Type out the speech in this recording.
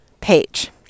page